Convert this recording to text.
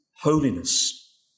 holiness